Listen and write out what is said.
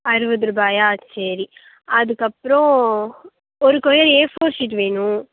அறுபது ரூபாயா சரி அதுக்கப்புறோம் ஒரு கொயர் ஏஃபோர் ஷீட் வேணும்